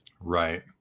Right